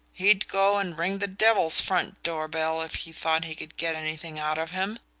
he'd go and ring the devil's front-door bell if he thought he could get anything out of him.